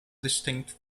distinct